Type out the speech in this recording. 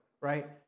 right